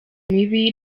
mibi